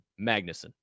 Magnuson